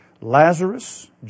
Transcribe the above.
Lazarus